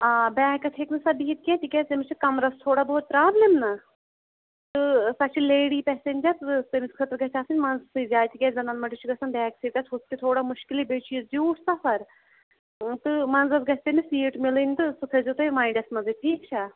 آ بیکَس ہیٚکہِ نہٕ سۄ بِہِتھ کینٛہہ تِکیٛازِ تٔمِس چھِ کَمرَس تھوڑا بہت پرٛابلِم نَہ تہٕ سۄ چھِ لیڈی پٮ۪سٮ۪نٛجَر تٔمِس خٲطرٕ گَژھِ آسٕنۍ مَنٛزسٕے جاے تِکیٛاز زَنان مٕنٛڈِس چھُ گَژھان بیک سیٖٹَس ہُتھ تہِ تھوڑا مُشکِلٕے بیٚیہِ چھُ یہٕ زِیوٗٹھ سَفر تہٕ مَنٛزَس گَژھِ تٔمِس سیٖٹ مِلٕنۍ تہٕ سُہ تھٲیزیو تُہۍ مایِنٛڈَس منٛزٕے ٹھیٖک چھا